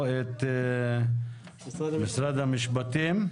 משרד המשפטים,